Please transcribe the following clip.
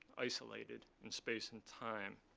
isolated in space and time.